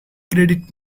credit